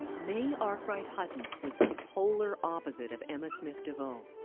may arkwright hutton was the polar opposite of emma smith devoe.